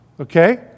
okay